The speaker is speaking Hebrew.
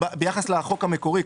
ביחס לחוק המקורי,